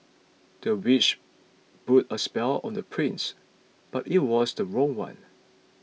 the witch put a spell on the prince but it was the wrong one